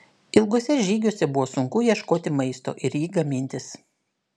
ilguose žygiuose buvo sunku ieškoti maisto ir jį gamintis